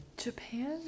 Japan